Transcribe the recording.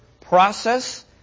process